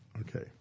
okay